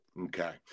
Okay